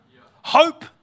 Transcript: hope